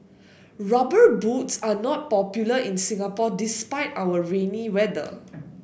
rubber boots are not popular in Singapore despite our rainy weather